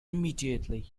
immediately